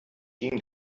ging